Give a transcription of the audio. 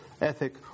ethic